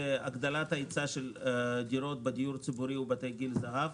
הגדלת ההיצע של דירות בדיור הציבורי ובבתי גיל זהב.